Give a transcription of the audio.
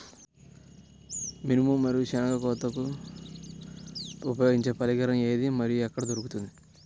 మినుము మరియు మంచి శెనగ కోతకు ఉపయోగించే పరికరం ఏది మరియు ఎక్కడ దొరుకుతుంది?